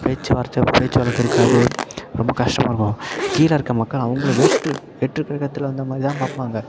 பேச்சு வார்த்தை பேச்சு வழக்கு இருக்காது ரொம்ப கஷ்டப்படுவாங்க கீழே இருக்க மக்கள் அவங்கள வேற்று வேற்று கிரகத்தில் வந்த மாதிரி தான் பார்ப்பாங்க